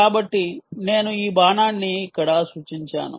కాబట్టి నేను ఈ బాణాన్ని ఇక్కడ సూచించాను